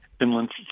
inland